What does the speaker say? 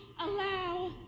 allow